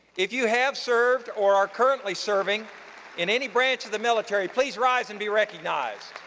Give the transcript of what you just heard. if you have served or are currently serving an any branch of the military, please rise and be recognized.